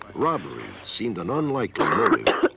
robbery seemed an unlikely motive.